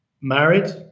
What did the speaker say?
Married